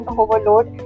overload